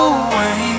away